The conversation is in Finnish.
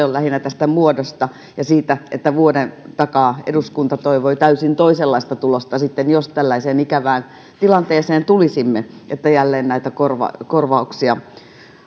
on lähinnä tästä muodosta ja siitä että vuoden takaa eduskunta toivoi täysin toisenlaista tulosta jos tällaiseen ikävään tilanteeseen tulisimme että jälleen näitä korvauksia korvauksia